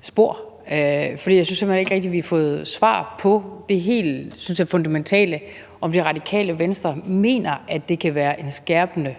spor. For jeg synes simpelt hen ikke rigtig, vi har fået svar på det helt fundamentale spørgsmål, om Det Radikale Venstre mener, at det kan være en skærpende